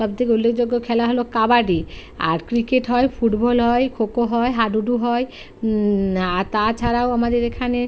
সবথেকে উল্লেখযোগ্য খেলা হল কাবাডি আর ক্রিকেট হয় ফুটবল হয় খোখো হয় হাডুডু হয় আর তাছাড়াও আমাদের এখানে